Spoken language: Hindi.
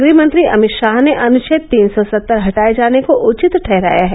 गृहमंत्री अभित शाह ने अनुच्छेद तीन सौ सत्तर हटाये जाने को उचित ठहराया है